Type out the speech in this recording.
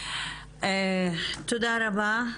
תודה רבה.